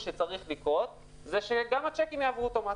שצריך לקרות זה שגם הצ'קים יעברו אוטומטית.